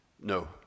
No